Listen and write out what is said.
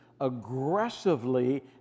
aggressively